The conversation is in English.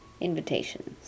invitations